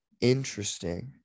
interesting